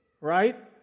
Right